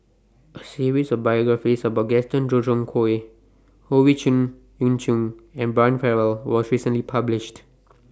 A series of biographies about Gaston Dutronquoy Howe Chong Yoon Chong and Brian Farrell was recently published